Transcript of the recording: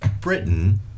Britain